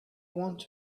want